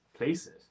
Places